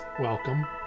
Welcome